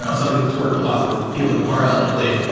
ah somebody that's worked a lot with people who are elderly,